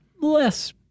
less